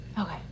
Okay